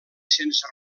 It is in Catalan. sense